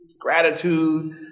Gratitude